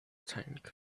tank